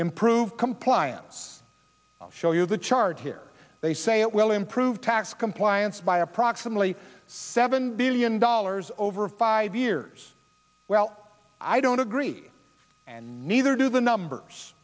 improve compliance i'll show you the chart here they say it will improve tax compliance by approximately seven billion dollars over five years well i don't agree and neither do the numbers